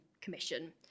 Commission